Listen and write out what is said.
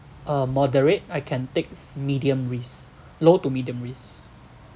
uh moderate I can takes medium risk low to medium risk